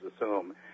assume –